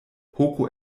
hoko